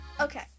Okay